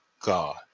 God